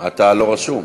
אתה לא רשום.